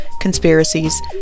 conspiracies